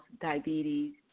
diabetes